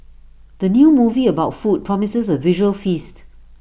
the new movie about food promises A visual feast